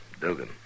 Dugan